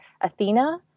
Athena